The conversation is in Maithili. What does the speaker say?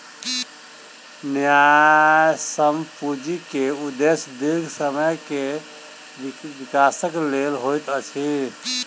न्यायसम्य पूंजी के उदेश्य दीर्घ समय के विकासक लेल होइत अछि